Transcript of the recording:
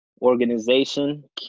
Organization